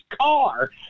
car